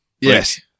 Yes